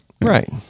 Right